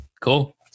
Cool